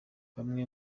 bamwe